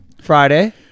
Friday